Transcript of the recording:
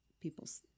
people's